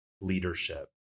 leadership